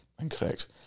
incorrect